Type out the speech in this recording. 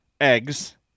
eggs